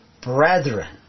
Brethren